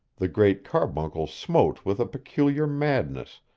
the great carbuncle smote with a peculiar madness,